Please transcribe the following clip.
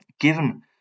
Given